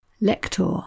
Lector